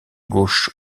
gauche